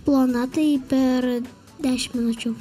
plona tai per dešim minučių